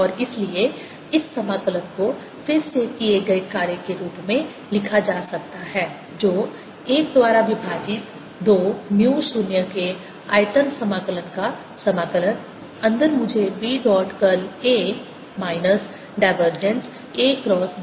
और इसलिए इस समाकलन को फिर से किये गए कार्य के रूप लिखा जा सकता है जो 1 द्वारा विभाजित 2 म्यू 0 के आयतन समाकलन का समाकलन अंदर मुझे B dot curl A minus divergence A B मिलता है